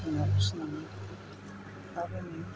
जोंहा फिनानै आरो नो